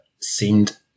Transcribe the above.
seemed